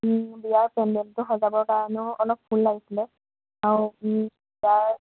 বিয়াৰ পেন্দেলটো সজাবৰ কাৰণেও অলপ ফুল লাগিছিলে আৰু বিয়াৰ